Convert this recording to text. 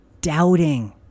doubting